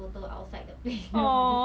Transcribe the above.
懂那种最 busy 的 street